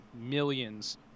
millions